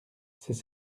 c’est